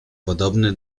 podobny